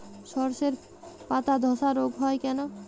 শর্ষের পাতাধসা রোগ হয় কেন?